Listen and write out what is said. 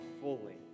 fully